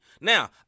Now